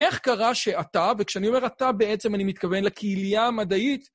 איך קרה שאתה, וכשאני אומר אתה, בעצם אני מתכוון לקהיליה המדעית...